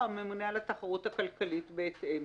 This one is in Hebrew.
או הממונה על התחרות הכלכלית בהתאם?